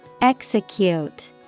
Execute